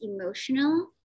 emotional